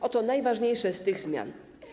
Oto najważniejsze z tych zmian.